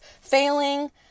failing